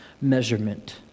measurement